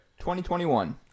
2021